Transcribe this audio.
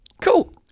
Cool